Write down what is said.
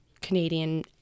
Canadian